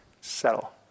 settle